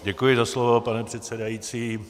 Děkuji za slovo, pane předsedající.